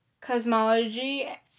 cosmology